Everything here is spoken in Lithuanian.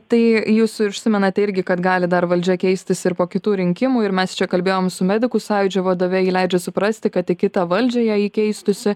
tai jūs ir užsimenate irgi kad gali dar valdžia keistis ir po kitų rinkimų ir mes čia kalbėjom su medikų sąjūdžio vadove ji leidžia suprasti kad į kitą valdžią jei keistųsi